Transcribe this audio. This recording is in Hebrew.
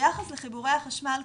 ביחס לחיבורי החשמל,